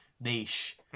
niche